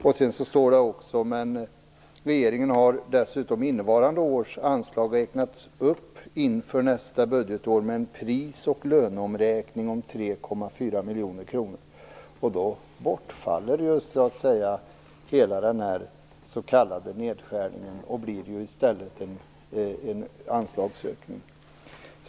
Det står också: "Enligt regeringen har innevarande års anslag räknats upp inför nästa budgetår med pris och löneomräkning nedskärningen, och det blir i stället en anslagsökning.